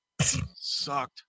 sucked